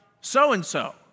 so-and-so